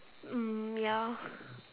mm ya